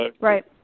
Right